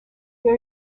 they